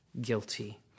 guilty